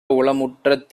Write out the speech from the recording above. உளமுற்ற